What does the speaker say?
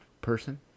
person